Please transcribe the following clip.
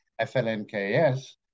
FLNKS